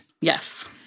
Yes